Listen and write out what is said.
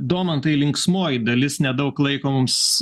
domantai linksmoji dalis nedaug laiko mums